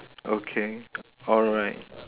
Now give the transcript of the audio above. okay alright